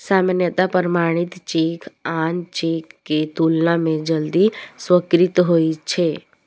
सामान्यतः प्रमाणित चेक आन चेक के तुलना मे जल्दी स्वीकृत होइ छै